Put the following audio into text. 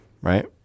right